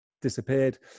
disappeared